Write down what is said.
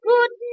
Good